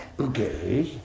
Okay